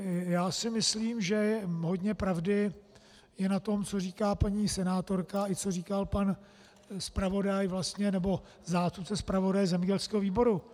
Já si myslím, že je hodně pravdy i na tom, co říká paní senátorka i co říkal i pan zpravodaj, nebo zástupce zpravodaje zemědělského výboru.